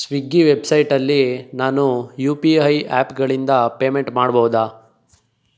ಸ್ವಿಗ್ಗಿ ವೆಬ್ಸೈಟಲ್ಲಿ ನಾನು U P I ಆ್ಯಪ್ಗಳಿಂದ ಪೇಮೆಂಟ್ ಮಾಡ್ಬೋದಾ